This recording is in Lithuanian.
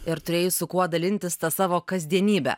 ir turėjai su kuo dalintis tą savo kasdienybę